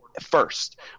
first